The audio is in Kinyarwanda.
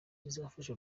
bizafasha